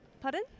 Pardon